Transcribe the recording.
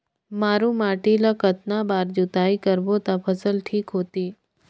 मारू माटी ला कतना बार जुताई करबो ता फसल ठीक होती?